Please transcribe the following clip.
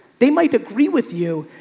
they might agree with you,